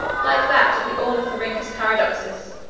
like that of the ornithorhynchus paradoxus,